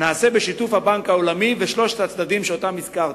נעשה בשיתוף הבנק העולמי ושלושת הצדדים שהזכרת.